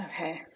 Okay